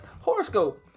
horoscope